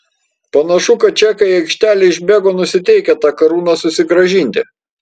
panašu kad čekai į aikštelę išbėgo nusiteikę tą karūną susigrąžinti